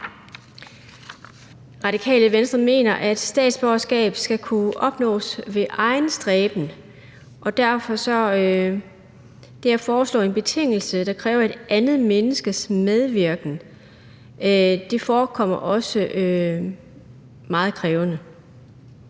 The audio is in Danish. Radikale Venstre mener, at statsborgerskab skal kunne opnås ved egen stræben, og derfor forekommer det at foreslå en betingelse, der kræver et andet menneskes medvirken, os meget krævende.